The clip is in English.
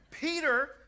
Peter